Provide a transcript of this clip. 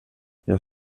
jag